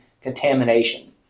contamination